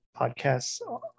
podcasts